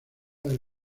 del